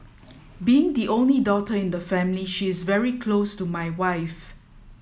being the only daughter in the family she is very close to my wife